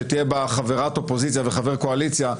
שיהיו בה חברת אופוזיציה וחבר קואליציה,